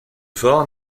fort